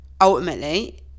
ultimately